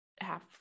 half